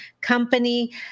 company